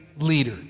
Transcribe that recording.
leader